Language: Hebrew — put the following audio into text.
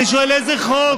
דבר עליהם.